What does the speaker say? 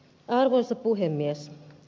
arvoisa puhemies